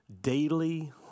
daily